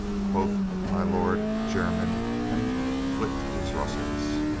quoth my lord jermyn, and flicked his ruffles.